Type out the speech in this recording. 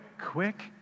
quick